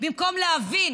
במקום להבין